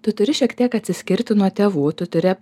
tu turi šiek tiek atsiskirti nuo tėvų tu turi